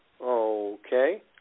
Okay